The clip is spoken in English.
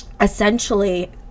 essentially